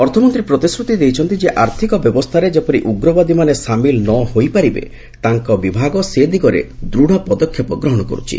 ଅର୍ଥମନ୍ତ୍ରୀ ପ୍ରତିଶ୍ରତି ଦେଇଛନ୍ତି ଯେ ଆର୍ଥିକ ବ୍ୟବସ୍ଥାରେ ଯେପରି ଉଗ୍ରବାଦୀମାନେ ସାମିଲ ନ ହୋଇପାରିବେ ତାଙ୍କ ବିଭାଗ ସେ ଦିଗରେ ଦୃଢ଼ ପଦକ୍ଷେପ ଗ୍ରହଣ କରୁଛି